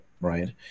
right